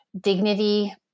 dignity